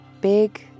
big